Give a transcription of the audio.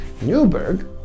Newberg